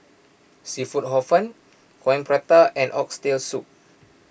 Seafood Hor Fun Coin Prata and Oxtail Soup